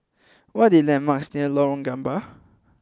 what are the landmarks near Lorong Gambir